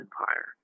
empire